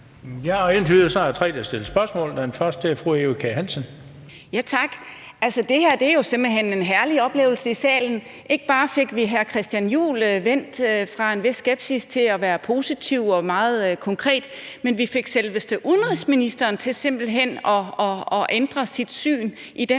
Den første er fru Eva Kjer Hansen. Kl. 18:35 Eva Kjer Hansen (V): Det er jo simpelt hen en herlig oplevelse her i salen – ikke bare fik vi hr. Christian Juhl vendt fra en vis skepsis til at være positiv og meget konkret, men vi fik selveste udenrigsministeren til simpelt hen at ændre sit syn på den